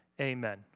amen